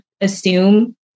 assume